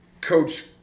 Coach